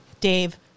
Dave